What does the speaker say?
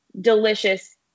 delicious